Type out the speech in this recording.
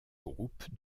groupe